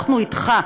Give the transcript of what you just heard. אנחנו אתך.